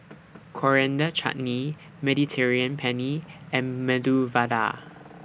Coriander Chutney Mediterranean Penne and Medu Vada